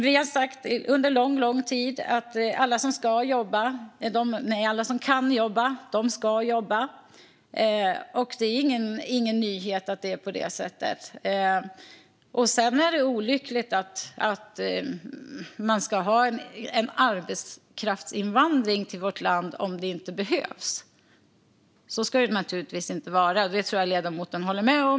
Vi har sagt under lång tid att alla som kan jobba ska jobba. Det är ingen nyhet att det är på det sättet. Sedan är det olyckligt om vi har en arbetskraftsinvandring till vårt land om det inte behövs. Så ska det naturligtvis inte vara, och det tror jag att ledamoten håller med om.